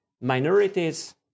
Minorities